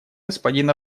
господин